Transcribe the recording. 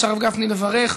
הרב גפני מבקש לברך.